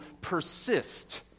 persist